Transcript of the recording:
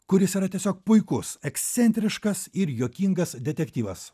kuris yra tiesiog puikus ekscentriškas ir juokingas detektyvas